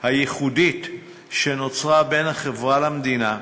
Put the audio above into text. הייחודית שנוצרה בין החברה למדינה,